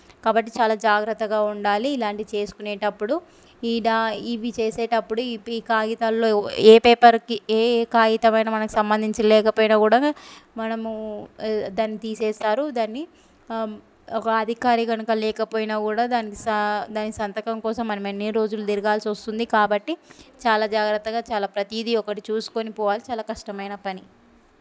కాబట్టి చాలా జాగ్రత్తగా ఉండాలి ఇలాంటివి చేసుకునేటప్పుడు ఈడ ఇవి చేసేటప్పుడు ఇ ఈ కాగితాల్లో ఏ పేపర్కి ఏ కాగితమైన మనకు సంబంధించి లేకపోయినా కూడా మనము దాన్ని తీసేస్తారు దాన్ని ఒక అధికారి కనుక లేకపోయినా కూడా దాని సా దాని సంతకం కోసం మనం ఎన్ని రోజులు తిరగాల్సి వస్తుంది కాబట్టి చాలా జాగ్రత్తగా చాలా ప్రతీది ఒకటి చూసుకొని పోవాలి చాలా కష్టమైన పని